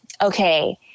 Okay